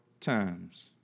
times